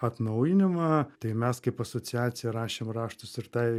atnaujinimą tai mes kaip asociacija rašėm raštus ir tai